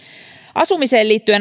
asumiseen liittyen